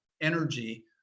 energy